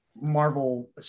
Marvel